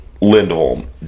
Lindholm